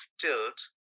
Tilt